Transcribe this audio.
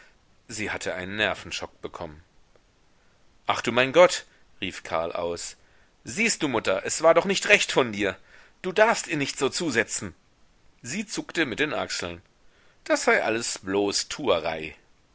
sie hatte einen nervenchok bekommen ach du mein gott rief karl aus siehst du mutter es war doch nicht recht von dir du darfst ihr nicht so zusetzen sie zuckte mit den achseln das sei alles bloß tuerei